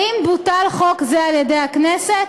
האם בוטל חוק זה על-ידי הכנסת?